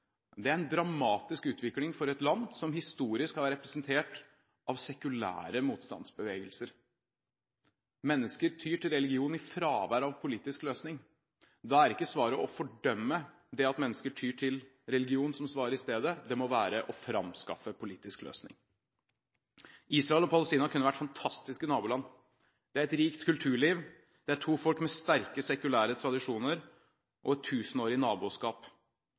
Det er en dramatisk utvikling for et land som historisk har vært representert av sekulære motstandsbevegelser. Mennesker tyr til religion i fravær av politisk løsning. Da er ikke svaret å fordømme det at mennesker tyr til religion som svar i stedet – det må være å framskaffe en politisk løsning. Israel og Palestina kunne ha vært fantastiske naboland. Det er et rikt kulturliv. Det er to folk med sterke sekulære tradisjoner og et tusenårig naboskap.